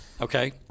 Okay